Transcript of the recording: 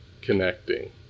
connecting